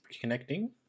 connecting